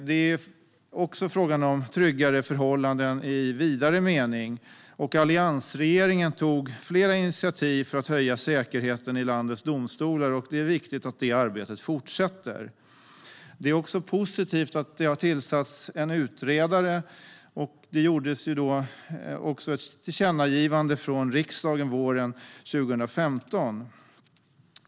Det handlar också om tryggare förhållanden i vidare mening. Alliansregeringen tog flera initiativ för att höja säkerheten vid landets domstolar. Det är viktigt att det arbetet fortsätter. Det är positivt att en utredare har tillsatts. Riksdagen kom också med ett tillkännagivande våren 2015.